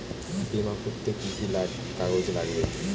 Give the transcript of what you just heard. বিমা করতে কি কি কাগজ লাগবে?